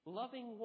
loving